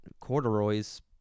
corduroys